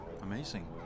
amazing